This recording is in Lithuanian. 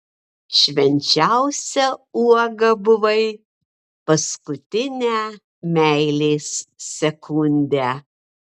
švenčiausia uoga buvai paskutinę meilės sekundę